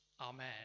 Amen